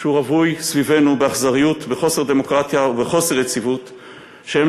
שהוא רווי סביבנו באכזריות וחוסר דמוקרטיה ובחוסר יציבות שהם,